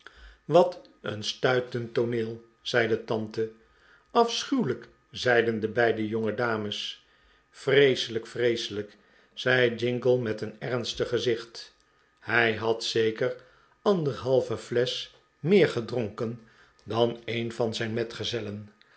wat een stuitend tooneel zei de tante afschuwelijk zeiden de beide jongedames vreeselijk vreeselijkl zei jingle met een ernstig gezicht hij had zeker anderhalve flesch meer gedronken dan een van zijn metgezellen